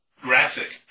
graphic